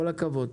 כל הכבוד.